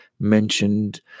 mentioned